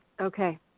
Okay